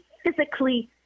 physically